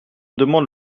demande